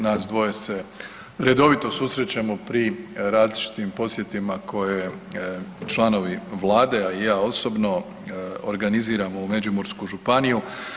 Nas dvoje se redovito susrećemo pri različitim posjetima koje članovi vlade, a i ja osobno organiziramo u Međimursku županiju.